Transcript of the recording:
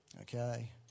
Okay